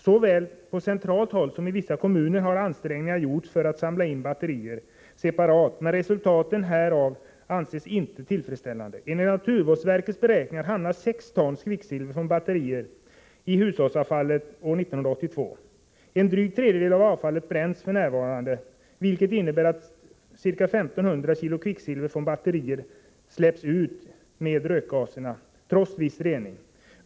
Såväl på centralt håll som i vissa kommuner har ansträngningar gjorts för att samla in batterier separat, men resultatet härav anses inte tillfredsställande. Enligt naturvårdsverkets beräkningar hamnade 6 ton kvicksilver från batterier i hushållsavfallet år 1982. En dryg tredjedel av avfallet bränns f.n. vilket innebär att ca 1 500 kg kvicksilver från batterier släpps ut med rökgaserna trots viss rening.